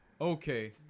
Okay